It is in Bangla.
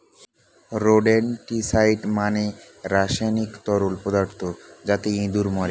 রোডেনটিসাইড মানে রাসায়নিক তরল পদার্থ যাতে ইঁদুর মরে